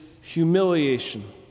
humiliation